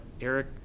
Eric